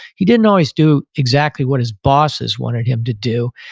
he didn't always do exactly what his bosses wanted him to do.